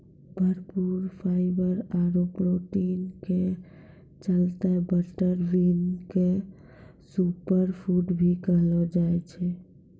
भरपूर फाइवर आरो प्रोटीन के चलतॅ बटर बीन क सूपर फूड भी कहलो जाय छै